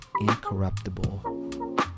incorruptible